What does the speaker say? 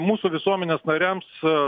mūsų visuomenės nariams